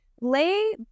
lay